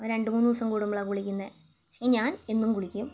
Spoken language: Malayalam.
അവൻ രണ്ടുമൂന്നു ദിവസം കൂടുമ്പോളാണ് കുളിക്കുന്നത് പക്ഷെ ഞാൻ എന്നും കുളിക്കും